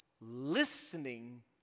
listening